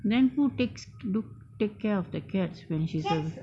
then who takes good~ take care of the cats when she's away~